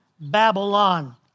Babylon